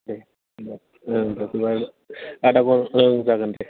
दे औ औ जागोन दे